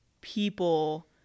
people